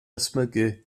ysmygu